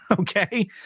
okay